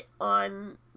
on